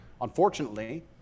unfortunately